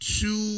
two